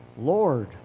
Lord